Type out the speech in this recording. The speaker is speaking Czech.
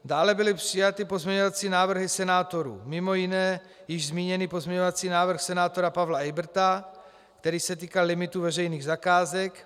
Dále byly přijaty pozměňovací návrhy senátorů, mimo jiné již zmíněný pozměňovací návrh senátora Pavla Eyberta, který se týkal limitů veřejných zakázek.